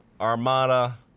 Armada